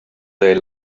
they